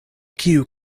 kiu